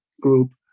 group